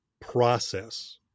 process